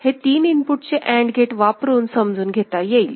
हे तीन इनपुटचे अँड गेट वापरून समजून घेता येईल